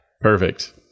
Perfect